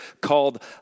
called